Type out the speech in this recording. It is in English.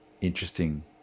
interesting